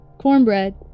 cornbread